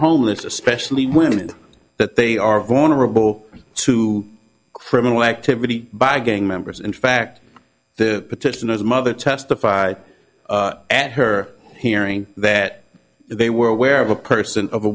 homeless especially women that they are vulnerable to criminal activity by gang members in fact the petitioner's mother testified at her hearing that they were aware of a person of a